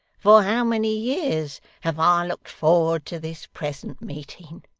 for how many years have i looked forward to this present meeting!